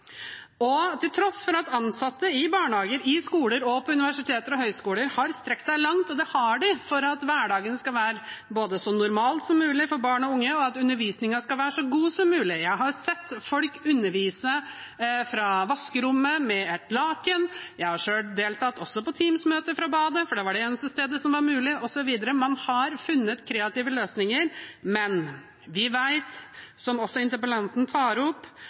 til tross for at ansatte i barnehager, i skoler og på universiteter og høyskoler har strukket seg langt, og det har de både for at hverdagen skal være så normal som mulig for barn og unge, og for at undervisningen skal være så god som mulig. Jeg har sett folk undervise fra vaskerommet med et laken, og jeg har selv deltatt på Teams-møter fra badet, for det var det eneste stedet som var mulig, osv. – man har funnet kreative løsninger. Men vi vet, som også interpellanten tar opp,